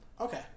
Okay